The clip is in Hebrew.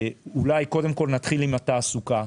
קודם כול נתחיל עם התעסוקה.